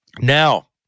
Now